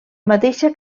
mateixa